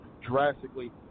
drastically